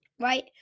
Right